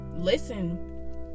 listen